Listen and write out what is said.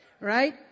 Right